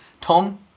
Tom